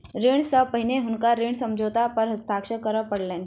ऋण सॅ पहिने हुनका ऋण समझौता पर हस्ताक्षर करअ पड़लैन